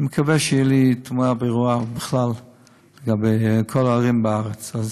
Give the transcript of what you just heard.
אני מקווה שתהיה לי תמונה ברורה לגבי כל הערים בארץ.